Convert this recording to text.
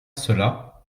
cela